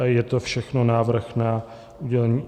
Je to všechno návrh na udělení